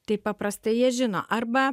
tai paprastai jie žino arba